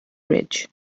bridge